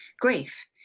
grief